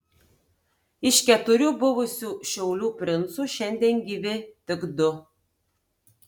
iš keturių buvusių šiaulių princų šiandien gyvi tik du